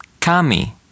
Kami